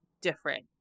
different